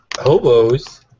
Hobos